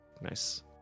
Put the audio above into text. Nice